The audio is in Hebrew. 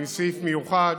עם סעיף מיוחד